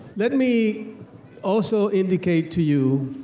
let me also indicate to you,